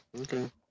Okay